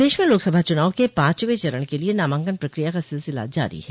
प्रदेश में लोकसभा चुनाव के पांचवें चरण के लिये नामांकन प्रक्रिया का सिलसिला जारी है